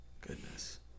goodness